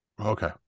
okay